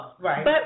Right